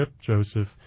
Joseph